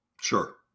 Sure